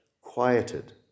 quieted